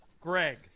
Greg